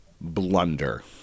blunder